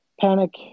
Panic